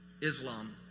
Islam